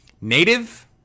native